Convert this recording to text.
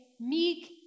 meek